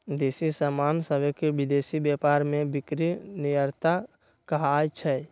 देसी समान सभके विदेशी व्यापार में बिक्री निर्यात कहाइ छै